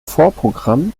vorprogramm